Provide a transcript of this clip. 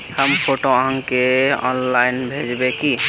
हम फोटो आहाँ के ऑनलाइन भेजबे की?